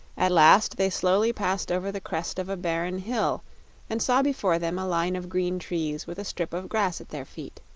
at last they slowly passed over the crest of a barren hill and saw before them a line of green trees with a strip of grass at their feet.